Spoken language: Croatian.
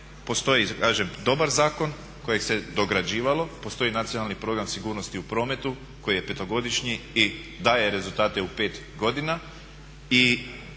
postoji kažem dobar zakon kojeg se dograđivalo, postoji Nacionalni program sigurnosti u prometu koji je petogodišnji i daje rezultate u pet godina.